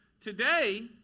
Today